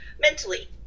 mentally